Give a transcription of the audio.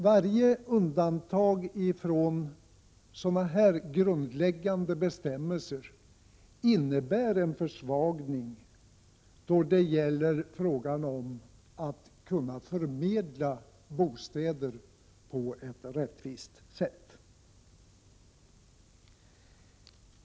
Varje undantag från sådana grundläggande bestämmelser innebär en försvagning då det gäller att kunna förmedla bostäder på ett rättvist sätt.